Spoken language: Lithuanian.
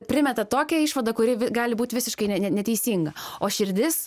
primeta tokią išvadą kuri vi gali būt visiškai ne ne neteisinga o širdis